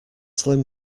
slim